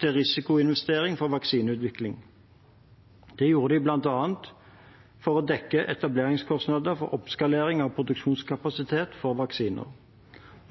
til risikoinvestering for vaksineutvikling. Det gjorde de bl.a. for å dekke etableringskostnader for oppskalering av produksjonskapasitet for vaksiner.